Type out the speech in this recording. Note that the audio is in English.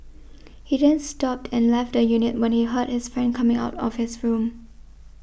he then stopped and left the unit when he heard his friend coming out of his room